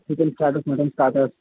chicken starters mutton starters